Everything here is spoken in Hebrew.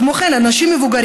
כמו כן, גם אנשים מבוגרים